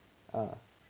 uh